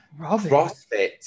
CrossFit